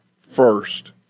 first